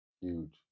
huge